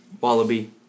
Wallaby